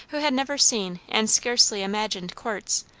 who had never seen and scarcely imagined courts,